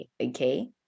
okay